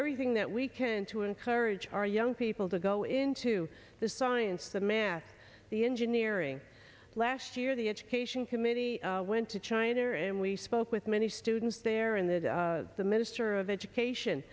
everything that we can to encourage our young people to go into the science the math the engineering last year the education committee went to china and we spoke with many students there in that the minister of education